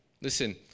Listen